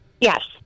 Yes